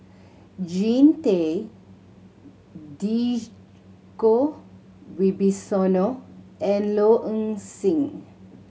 Jean Tay Djoko Wibisono and Low Ng Sing